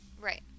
right